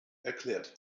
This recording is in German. erklärt